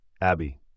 Abby